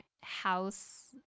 house